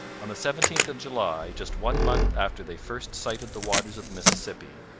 on the seventeenth of july, just one month after they first sighted the waters of the mississippi,